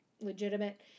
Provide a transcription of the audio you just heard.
legitimate